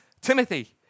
Timothy